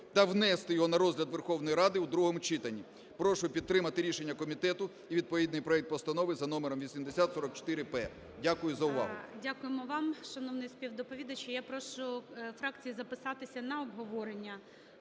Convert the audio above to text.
та внести його на розгляд Верховної Ради у другому читанні. Прошу підтримати рішення комітету і відповідний проект Постанови за номером 8044/П. Дякую за увагу. ГОЛОВУЮЧИЙ. Дякуємо вам, шановний співдоповідачу. Я прошу фракції записатися на обговорення